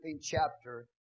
chapter